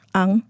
ang